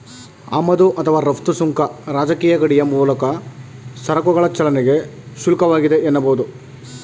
ಆಮದು ಅಥವಾ ರಫ್ತು ಸುಂಕ ರಾಜಕೀಯ ಗಡಿಯ ಮೂಲಕ ಸರಕುಗಳ ಚಲನೆಗೆ ಶುಲ್ಕವಾಗಿದೆ ಎನ್ನಬಹುದು